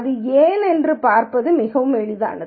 இது ஏன் என்று பார்ப்பது மிகவும் எளிதானது